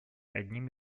одним